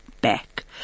back